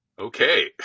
okay